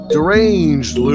Deranged